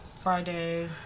Friday